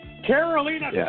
Carolina